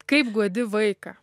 kaip guodi vaiką